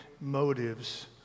motives